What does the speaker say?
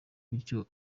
bityo